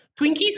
Twinkies